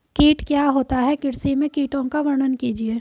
कीट क्या होता है कृषि में कीटों का वर्णन कीजिए?